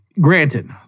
Granted